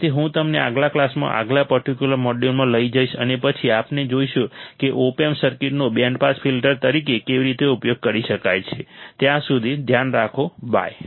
તેથી હું તમને આગલા ક્લાસમાં આગલા પર્ટિક્યુલર મોડ્યુલમાં લઈ જઈશ અને પછી આપણે જોઈશું કે ઓપ એમ્પ સર્કિટનો બેન્ડ પાસ ફિલ્ટર તરીકે કેવી રીતે ઉપયોગ કરી શકાય ત્યાં સુધી ધ્યાન રાખો બાય